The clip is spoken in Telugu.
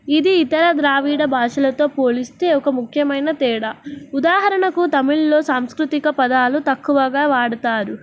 ఇది ఇతర ద్రావిడ భాషలతో పోలిస్తే ఒక ముఖ్యమైన తేడా ఉదాహరణకు తమిళ్లో సాంస్కృతిక పదాలు తక్కువగా వాడుతారు